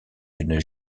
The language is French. d’une